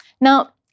Now